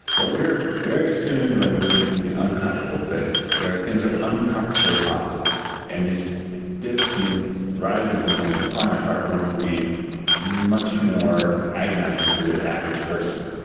but we're very soon going to move into the uncomfortable phase, where things are uncomfortably hot and these dips and rises in the climate are going to be much more agonising for the average person.